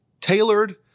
tailored